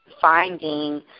finding